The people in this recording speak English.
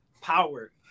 power